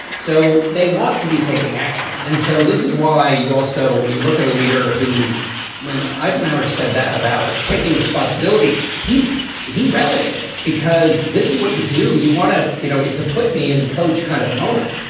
so they want to be taking action. and so this is why you also when you look at a leader who when eisenhower said that about taking responsibility, he he relished it because this is what you do. you want to you know, it's put me in coach kind of moment.